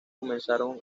comenzaron